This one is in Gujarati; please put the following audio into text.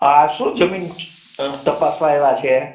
હાં આ શું જમીન તપાસવા આયવ્ય છે